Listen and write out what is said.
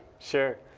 sure.